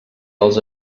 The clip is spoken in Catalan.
dels